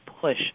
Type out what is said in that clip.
push